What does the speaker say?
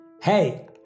Hey